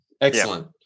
Excellent